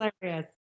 hilarious